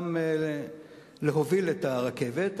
גם להוביל את הרכבת,